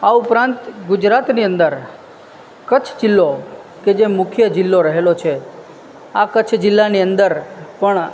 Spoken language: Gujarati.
આ ઉપરાંત ગુજરાતની અંદર કચ્છ જિલ્લો કે જે મુખ્ય જિલ્લો રહેલો છે આ કચ્છ જિલ્લાની અંદર પણ